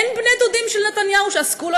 אין בני דודים של נתניהו שעסקו,